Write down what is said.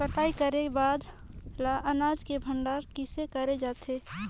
कटाई करे के बाद ल अनाज के भंडारण किसे करे जाथे?